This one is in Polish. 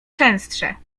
częstsze